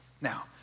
Now